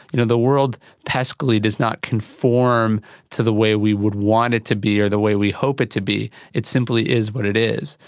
you know the world peskily does not conform to the way we would want it to be or the way we hope it to be, it simply is what it is.